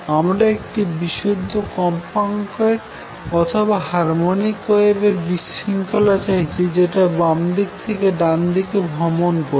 আমরা একটি একটি বিশুদ্ধ কম্পাঙ্কের অথবা হারমনিক ওয়েভের বিশৃঙ্খলা চাইছি যেটা বাম থেকে ডানে ভ্রমন করবে